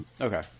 Okay